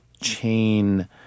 chain